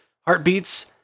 heartbeats